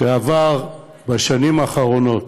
שעבר בשנים האחרונות